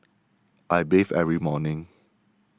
I bathe every morning